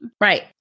Right